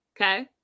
Okay